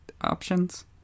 options